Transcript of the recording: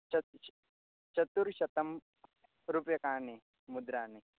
चतुश्शतं चतुश्शतं रूप्यकाणि मुद्राः